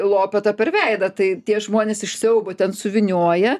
lopeta per veidą tai tie žmonės iš siaubo ten suvynioja